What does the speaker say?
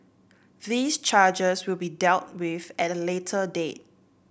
these charges will be dealt with at a later date